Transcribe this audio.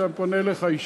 עכשיו אני פונה אליך אישית.